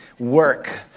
Work